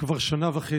כבר שנה וחצי.